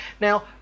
Now